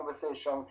conversation